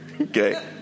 Okay